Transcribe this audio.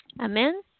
Amen